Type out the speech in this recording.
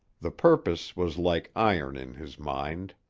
the purpose was like iron in his mind.